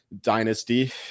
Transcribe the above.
dynasty